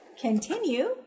continue